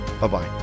Bye-bye